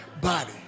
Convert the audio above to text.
body